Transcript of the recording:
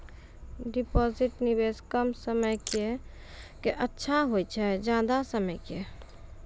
Deposit निवेश कम समय के के अच्छा होय छै ज्यादा समय के?